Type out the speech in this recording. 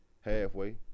halfway